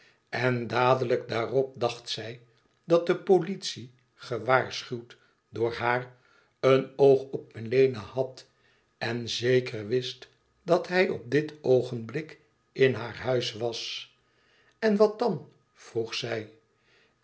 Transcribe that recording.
en dadelijk daarop dacht zij dat de politie gewaarschuwd door haar een oog op melena had en zeker wist dat hij op dit oogenblik in haar huis was e ids aargang n wat dan vroeg zij